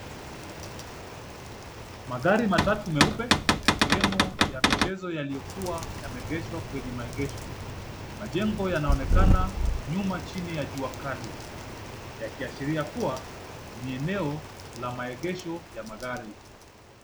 Magari matatu meupe yakiwemo ya michezo yaliyokuwa yameegeshwa kwenye maegesho. Majengo yanaonekana nyuma chini ya jua kali, yakiashiria kuwa ni enao la maegesho ya magari.